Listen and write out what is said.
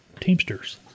Teamsters